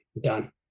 Done